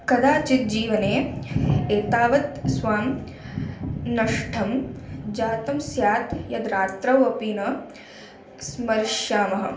कदाचित् जीवने एतावत् स्वं नष्टं जातं स्यात् यद्रात्रौ अपि न स्मरिष्यामः